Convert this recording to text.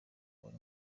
buri